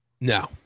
No